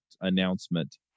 announcement